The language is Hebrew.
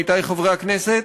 עמיתי חברי הכנסת,